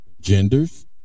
genders